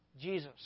Jesus